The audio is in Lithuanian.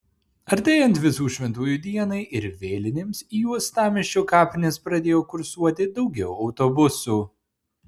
artėjant visų šventųjų dienai ir vėlinėms į uostamiesčio kapines pradėjo kursuoti daugiau autobusų